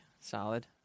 solid